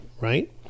right